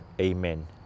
Amen